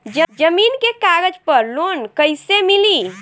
जमीन के कागज पर लोन कइसे मिली?